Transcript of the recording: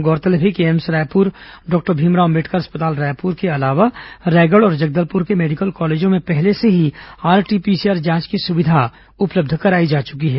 गौरतलब है कि एम्स रायपुर डॉक्टर भीमराव अंबेडकर अस्पताल रायपुर के अलावा रायगढ़ और जगदलपुर के मेडिकल कॉलेजों में पहले से ही आरटीपीसीआर जांच की सुविधा उपलब्ध कराई जा चुकी है